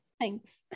Thanks